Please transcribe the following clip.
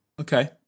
Okay